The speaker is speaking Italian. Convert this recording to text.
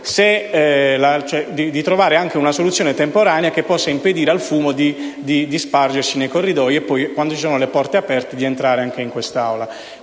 di trovare una soluzione temporanea che possa evitare che il fumo si sparga nei corridoi e, quando ci sono le porte aperte, entri anche in quest'Aula.